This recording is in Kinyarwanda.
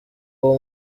uwo